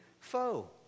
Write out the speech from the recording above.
foe